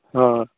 ହଁ